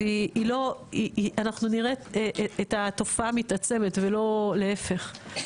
אז אנחנו נראה את התופעה מתעצמת ולא להיפך.